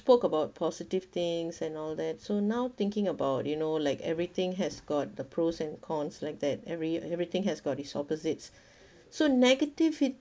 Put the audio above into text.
spoke about positive things and all that so now thinking about you know like everything has got the pros and cons like that every everything has got its opposite so negativity